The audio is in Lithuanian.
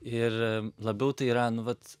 ir labiau tai yra nu vat